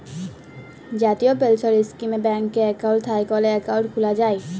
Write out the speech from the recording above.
জাতীয় পেলসল ইস্কিমে ব্যাংকে একাউল্ট থ্যাইকলে একাউল্ট খ্যুলা যায়